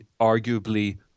arguably